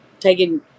taking